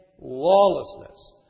lawlessness